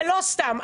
ולא סתם,